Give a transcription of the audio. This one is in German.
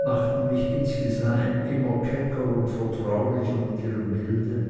machten mich insgeheim immer kecker und vertraulicher mit ihrem bilde